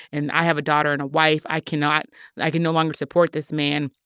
and i have a daughter and a wife, i cannot i can no longer support this man,